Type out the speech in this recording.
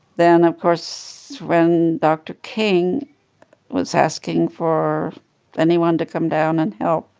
then, of course, when dr. king was asking for anyone to come down and help